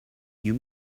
you